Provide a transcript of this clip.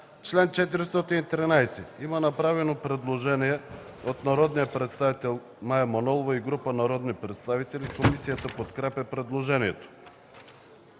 предложението. Предложение от народния представител Мая Манолова и група народни представители. Комисията подкрепя предложението.